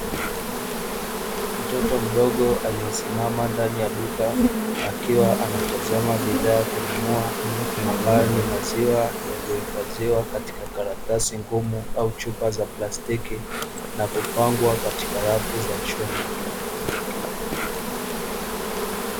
Mtoto mdogo aliyesimama ndani ya duka, akiwa anatazama bidhaa ya kununua ambayo ni maziwa yaliyohifadhiwa katika karatasi ngumu au chupa za plastiki na kupangwa katika rafu za chuma.